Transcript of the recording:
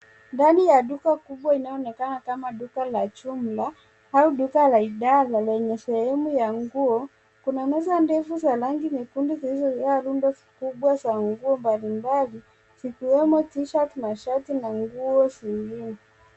Ndani ya duka kubwa inayoonekana kama duka la jumla au duka la idara yenye sehemu ya nguo. Kuna meza ndefu za rangi nyekundu zilizojaa rundo kubwa la nguo mbalimbali zikiwemo Tshirt , mashati na nguo zingine.